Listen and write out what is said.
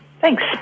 Thanks